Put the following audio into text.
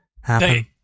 happen